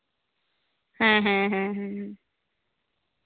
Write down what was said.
ᱦᱮᱸ ᱦᱮᱸ ᱦᱮᱸ ᱦᱮᱸ